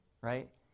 right